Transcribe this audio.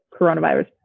coronavirus